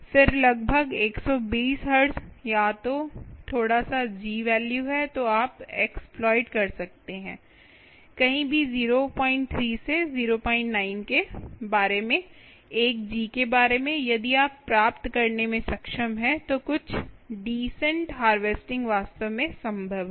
फिर लगभग 120 हर्ट्ज़ या तो थोड़ा सा G वैल्यू है जो आप एक्सप्लॉइट कर सकते हैं कहीं भी 03 से 09 के बारे में 1 जी के बारे में यदि आप प्राप्त करने में सक्षम हैं तो कुछ डिसेंट हार्वेस्टिंग वास्तव में संभव है